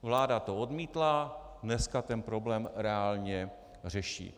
Vláda to odmítla, dneska ten problém reálně řeší.